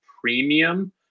premium